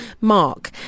Mark